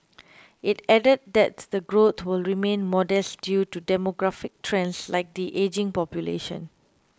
it added that the growth will remain modest due to demographic trends like the ageing population